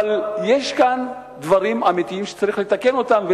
אבל יש כאן דברים אמיתיים שצריך לתקן אותם.